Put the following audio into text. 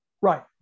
Right